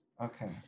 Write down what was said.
Okay